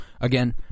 again